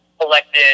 collected